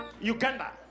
Uganda